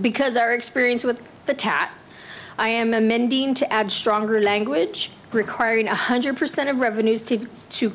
because our experience with the tat i am amending to add stronger language requiring one hundred percent of revenues to to